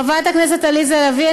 חברת הכנסת עליזה לביא,